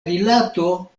rilato